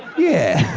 yeah.